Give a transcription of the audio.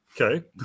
okay